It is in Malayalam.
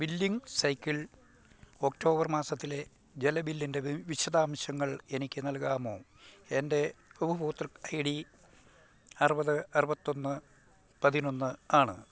ബില്ലിംഗ് സൈക്കിൾ ഒക്ടോബർ മാസത്തിലെ ജല ബില്ലിന്റെ വിശദാംശങ്ങൾ എനിക്ക് നൽകാമോ എന്റെ ഉപഭോക്തൃ ഐ ഡി അറുപത് അറുപത്തിയൊന്ന് പതിനൊന്ന് ആണ്